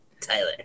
Tyler